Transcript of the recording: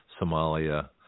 Somalia